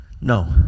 No